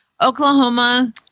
oklahoma